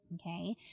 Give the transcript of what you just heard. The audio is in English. Okay